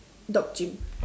dog chimp